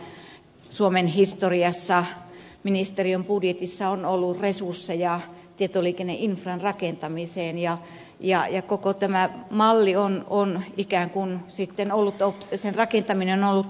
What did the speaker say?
ensimmäistä kertaa suomen historiassa ministeriön budjetissa on ollut resursseja tietoliikenneinfran rakentamiseen ja koko tämän mallin rakentaminen on ollut oppimisprosessi